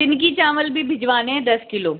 किनकी चावल भी भिजवाने है दस किलो